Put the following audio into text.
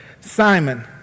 Simon